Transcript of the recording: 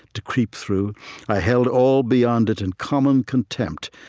to creep through i held all beyond it in common contempt,